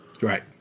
Right